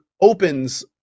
opens